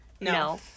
No